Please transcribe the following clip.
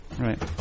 right